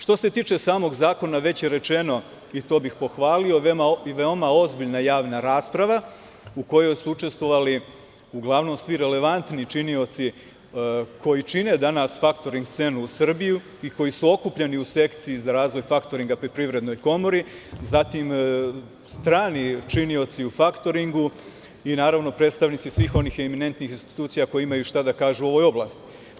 Što se tiče samog zakona, već je rečeno, to bih pohvalio, veoma ozbiljna javna rasprava, u kojoj su učestvovali uglavnom svi relevantni činioci, koji čine danas faktoring scenu u Srbiji i koji su okupljeni u sekciji za razvoj faktoringa pri Privrednoj komori, zatim strani činioci u faktoringu i naravno, predstavnici svih onih eminentnih institucija koje imaju šta da kažu u ovoj oblasti.